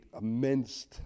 immense